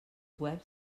web